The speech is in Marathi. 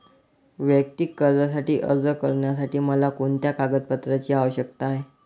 वैयक्तिक कर्जासाठी अर्ज करण्यासाठी मला कोणत्या कागदपत्रांची आवश्यकता आहे?